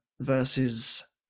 versus